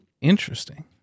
Interesting